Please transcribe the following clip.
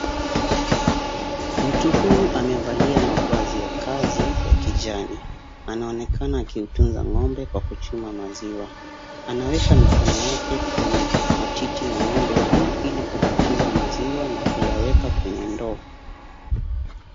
Mtu huyu amevalia mavazi ya kazi ya kijani. Anaonekana akiutunza ng'ombe kwa kuchuma maziwa. Anaweka mikono yake kwenye matiti ya ng'ombe hii ili kupatiza maziwa na kuyaweka kwenye ndoo.